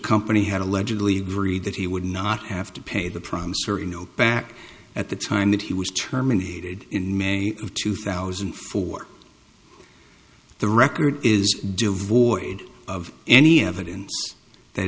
company had allegedly read that he would not have to pay the promissory note back at the time that he was terminated in may of two thousand for the record is devoid of any evidence that